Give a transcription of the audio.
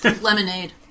Lemonade